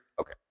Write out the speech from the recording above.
Okay